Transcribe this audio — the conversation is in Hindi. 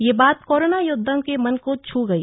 ये बात कोरोना योद्वाओं के मन को छू गई